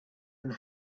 and